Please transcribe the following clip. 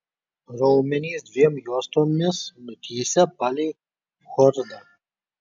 raumenys dviem juostomis nutįsę palei chordą